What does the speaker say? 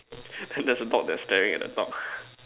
there is a dog that is staring at the dog